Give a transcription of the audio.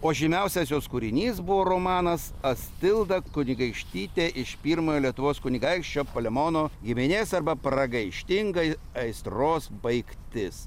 o žymiausias jos kūrinys buvo romanas astilda kunigaikštytė iš pirmojo lietuvos kunigaikščio palemono giminės arba pragaištinga aistros baigtis